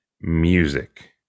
music